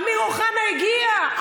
אמיר אוחנה הגיע,